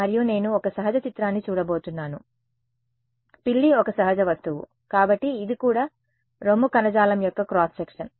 మరియు నేను ఒక సహజ చిత్రాన్ని చూడబోతున్నాను పిల్లి ఒక సహజ వస్తువు కాబట్టి ఇది కూడా రొమ్ము కణజాలం యొక్క క్రాస్ సెక్షన్